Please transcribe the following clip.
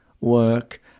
work